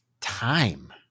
time